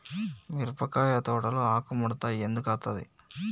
మిరపకాయ తోటలో ఆకు ముడత ఎందుకు అత్తది?